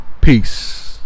Peace